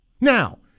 Now